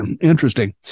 interesting